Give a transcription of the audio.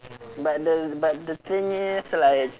but the but the thing is like